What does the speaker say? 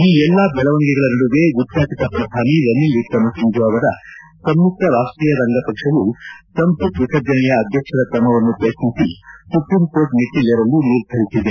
ಈ ಎಲ್ಲಾ ಬೆಳವಣಿಗೆಗಳ ನಡುವೆ ಉಚ್ಛಾಟತ ಪ್ರಧಾನಿ ರನಿಲ್ ವಿಕ್ರೆಮೆಸಿಂಫೆ ಅವರ ಸಂಯುಕ್ತ ರಾಷ್ಟೀಯ ರಂಗ ಪಕ್ಷವು ಸಂಸತ್ ವಿಸರ್ಜನೆಯ ಅಧ್ಯಕ್ಷರ ಕ್ರಮವನ್ನು ಪ್ರಶ್ನಿಸಿ ಸುಪ್ರೀಂ ಕೋರ್ಟ್ ಮೆಟ್ಟಲೇರಲು ನಿರ್ಧರಿಸಿದೆ